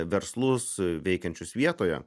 verslus veikiančius vietoje